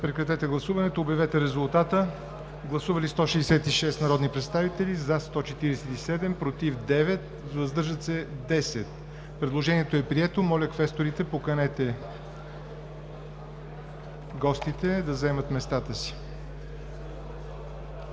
на лицата в залата. Гласували 166 народни представители: за 147, против 9, въздържали се 10. Предложението е прието. Моля, квесторите, поканете гостите да заемат местата си.